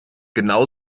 genau